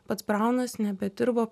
pats braunas nebedirbo